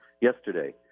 yesterday